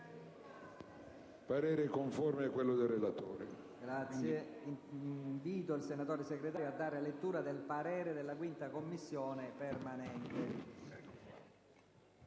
parere conforme a quello del relatore.